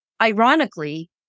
ironically